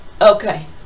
okay